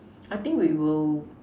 I think we will